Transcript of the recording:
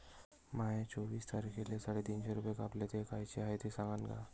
माये चोवीस तारखेले साडेतीनशे रूपे कापले, ते कायचे हाय ते सांगान का?